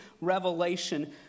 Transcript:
revelation